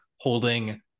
holding